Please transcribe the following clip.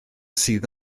sydd